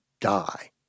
die